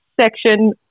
section